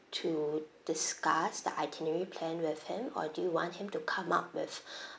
to discuss the itinerary plan with him or do you want him to come up with